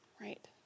right